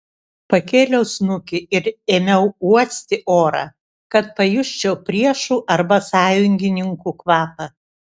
pakėliau snukį ir ėmiau uosti orą kad pajusčiau priešų arba sąjungininkų kvapą